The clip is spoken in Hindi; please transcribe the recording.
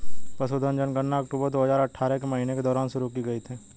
पशुधन जनगणना अक्टूबर दो हजार अठारह के महीने के दौरान शुरू की गई थी